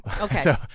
okay